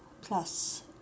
plus